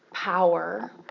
Power